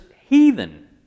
heathen